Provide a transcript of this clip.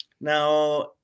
Now